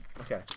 Okay